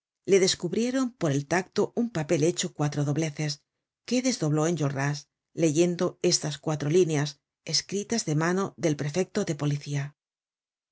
le descubrieron por el tacto un papel hecho cuatro dobleces que desdobló enjolras leyendo estas cuatro líneas escritas de mano del prefecto de policía el